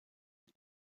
est